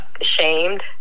ashamed